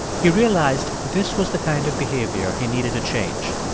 he realized this was the kind of behavior he needed to change.